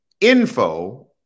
info